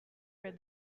for